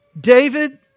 David